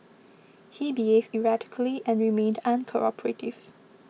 he behaved erratically and remained uncooperative